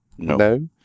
No